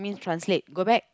translate go back